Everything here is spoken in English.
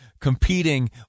competing